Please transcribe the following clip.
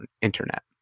internet